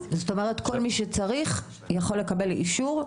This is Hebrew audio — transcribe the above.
זאת אומרת כל מי שצריך יכול לקבל אישור?